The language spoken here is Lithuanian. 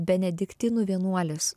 benediktinų vienuolis